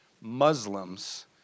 Muslims